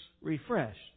refreshed